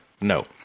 no